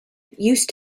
used